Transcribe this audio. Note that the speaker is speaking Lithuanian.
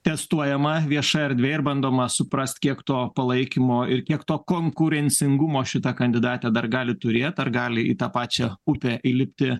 testuojama vieša erdvė ir bandoma suprast kiek to palaikymo ir kiek to konkurencingumo šita kandidatė dar gali turėt ar gali į tą pačią upę įlipti